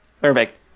Perfect